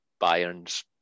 Bayern's